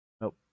Nope